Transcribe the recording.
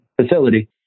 facility